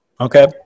okay